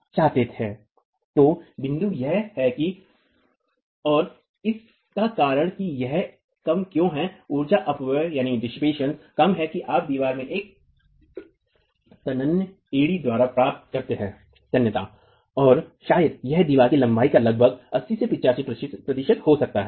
तो बिंदु यह है और इसका कारण कि यह कम क्यों है ऊर्जा अपव्यय कम है कि आप दीवार में एक तन्यता एड़ी दरार प्राप्त करते हैं और शायद यह दीवार की लंबाई का लगभग 80 85 प्रतिशत तक हो सकता है